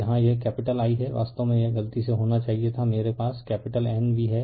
यहां यह capital I हैं वास्तव में यह गलती से होना चाहिए था मेरे पास केपिटल N v है